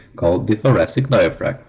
called the thoracic diaphragm.